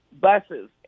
buses